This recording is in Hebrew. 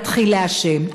להתחיל לעשן.